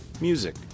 music